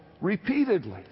repeatedly